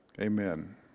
Amen